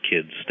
kid's